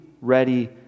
ready